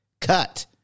cut